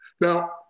now